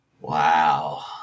Wow